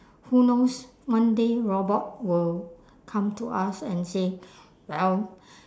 who knows one day robot will come to us and say well